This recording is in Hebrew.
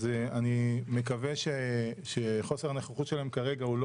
אז אני מקווה שחוסר הנוכחות שלהם כרגע הוא לא